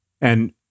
And-